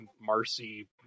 marcy